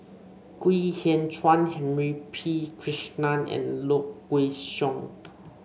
Kwek Hian Chuan Henry P Krishnan and Low Kway Song